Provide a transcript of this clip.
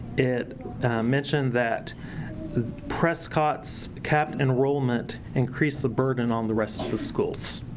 it mentioned that prescott's capped enrollment increased the burden on the rest of the schools.